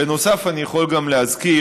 בנוסף, אני יכול גם להזכיר